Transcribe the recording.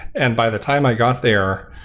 and by the time i got there,